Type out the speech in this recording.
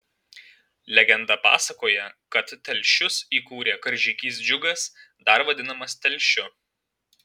legenda pasakoja kad telšius įkūrė karžygys džiugas dar vadinamas telšiu